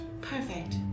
Perfect